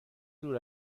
دور